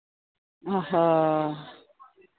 ᱚ ᱦᱚᱸ